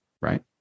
right